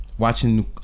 watching